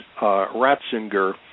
Ratzinger